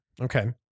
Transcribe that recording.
Okay